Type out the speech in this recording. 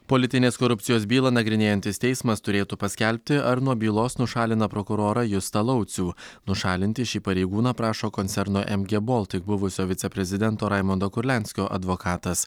politinės korupcijos bylą nagrinėjantis teismas turėtų paskelbti ar nuo bylos nušalina prokurorą justą laucių nušalinti šį pareigūną prašo koncerno em gie boltik buvusio viceprezidento raimondo kurlianskio advokatas